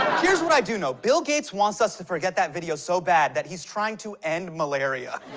here's what i do know bill gates wants us to forget that video so bad that he's trying to end malaria.